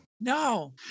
No